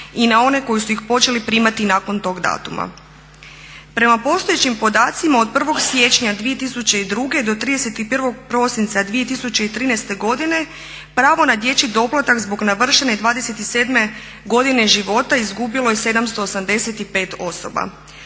i na one koji su ih počeli primati nakon tog datuma. Prema postojećim podacima od 1. siječnja 2002. do 31. prosinca 2013. godine pravo na dječji doplatak zbog navršene 27 godine života izgubili je 785 osoba.